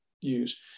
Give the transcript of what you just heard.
use